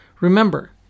Remember